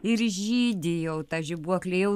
ir žydi jau ta žibuoklė jau